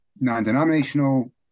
non-denominational